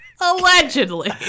Allegedly